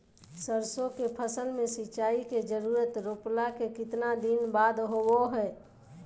सरसों के फसल में सिंचाई के जरूरत रोपला के कितना दिन बाद होबो हय?